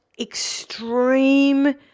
extreme